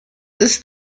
ist